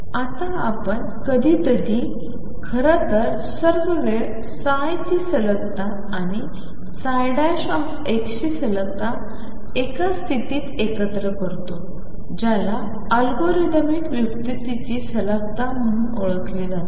आता आपण कधीकधी खरं तर सर्व वेळ ची सलगता आणि ची सलगता एका स्थितीत एकत्र करतो ज्याला लॉगरिदमिक व्युत्पत्तीची सलगता म्हणून ओळखले जाते